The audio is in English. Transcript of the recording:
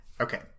Okay